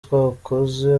twakoze